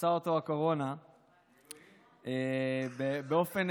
תפסה אותו הקורונה באופן